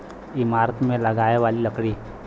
ईमारत मे लगाए वाली लकड़ी